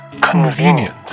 convenient